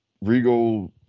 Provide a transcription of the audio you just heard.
Regal